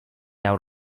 out